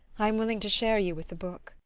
i am willing to share you with the book.